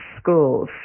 schools